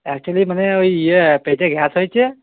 actually মানে ওই ইয়ে পেটে গ্যাস হয়েছে